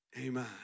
Amen